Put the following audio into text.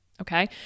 Okay